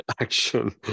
action